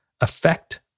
affect